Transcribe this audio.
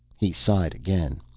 he sighed again.